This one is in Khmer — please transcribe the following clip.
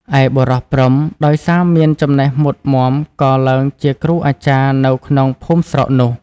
ឯបុរសព្រហ្ម ដោយសារមានចំណេះមុតមាំក៏ឡើងជាគ្រូអាចារ្យនៅក្នុងភូមិស្រុកនោះ។